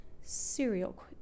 serial